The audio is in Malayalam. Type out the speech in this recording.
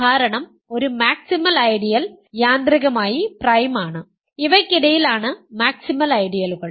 കാരണം ഒരു മാക്സിമൽ ഐഡിയൽ യാന്ത്രികമായി പ്രൈം ആണ് ഇവയ്ക്കിടയിൽ ആണ് മാക്സിമൽ ഐഡിയലുകൾ